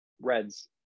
reds